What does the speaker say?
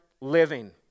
living